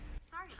Sorry